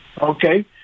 okay